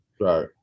right